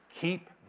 Keep